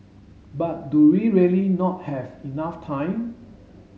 but do we really not have enough time